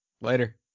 Later